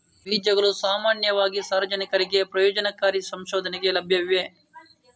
ಬೀಜಗಳು ಸಾಮಾನ್ಯವಾಗಿ ಸಾರ್ವಜನಿಕರಿಗೆ ಪ್ರಯೋಜನಕಾರಿ ಸಂಶೋಧನೆಗೆ ಲಭ್ಯವಿವೆ